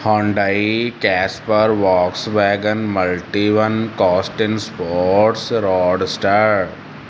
Hyundai Casper Volkswagen Multivan Costin sports roadster